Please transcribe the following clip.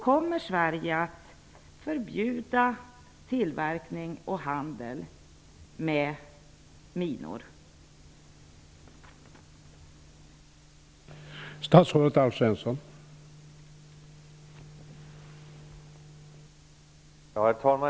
Kommer Sverige att förbjuda tillverkning av och handel med minor?